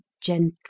gentle